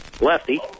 lefty